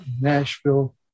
Nashville